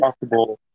possible